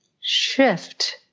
shift